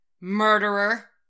murderer